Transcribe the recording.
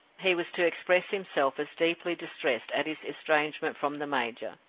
he was to express himself as deeply distressed at his estrangement from the major,